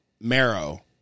marrow